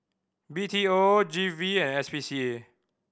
B T O G V and S P C A